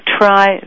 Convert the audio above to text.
try